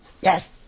Yes